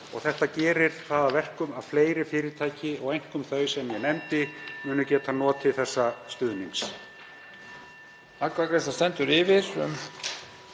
og gerir það að verkum að fleiri fyrirtæki, og einkum þau sem ég nefndi, munu geta notið þessa stuðnings.